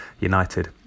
United